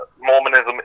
Mormonism